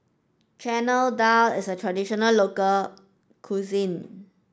Chana Dal is a traditional local cuisine